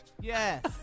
Yes